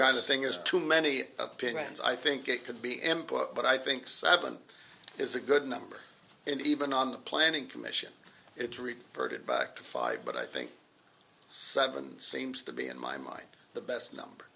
kind of thing as too many opinions i think it could be employed but i think seven is a good number and even on the planning commission it reported back to five but i think seven seems to be in my mind the best number